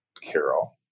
Carol